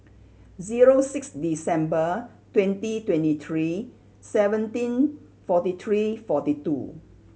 zero six December twenty twenty three seventeen forty three forty two